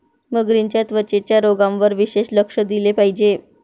मगरींच्या त्वचेच्या रोगांवर विशेष लक्ष दिले पाहिजे